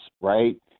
right